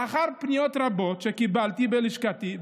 לאחר פניות רבות שקיבלתי בלשכתי,